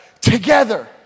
together